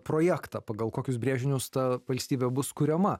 projektą pagal kokius brėžinius ta valstybė bus kuriama